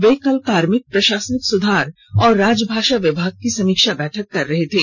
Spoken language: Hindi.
वे कल कार्मिक प्रशासनिक सुधार और राजभाषा विभाग की समीक्षा बैठक कर रहे थे